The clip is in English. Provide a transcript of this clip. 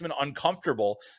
uncomfortable